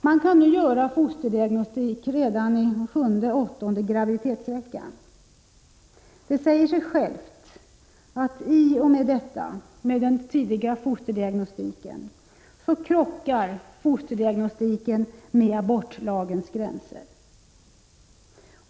Man kan nu göra fosterdiagnostik redan i sjunde till åttonde graviditetsveckan. Det säger sig självt att den tidiga fosterdiagnostiken i och med detta krockar med abortlagens gränser.